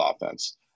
offense